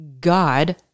God